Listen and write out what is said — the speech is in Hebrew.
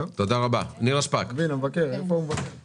אני רוכשת לך כבוד רב, אבל אני חולקת עליך בהקשר